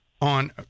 on